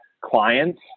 clients